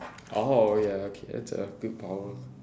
oh ya okay that's a good power